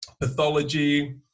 pathology